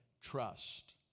trust